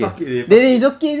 fuck it already fuck it